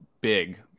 big